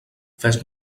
fes